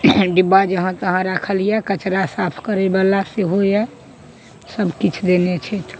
डिब्बा जहाँ तहाँ राखल यऽ कचड़ा साफ करय बला सेहो यऽ सबकिछु देने छथि